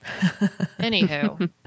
Anywho